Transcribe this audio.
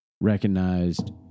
recognized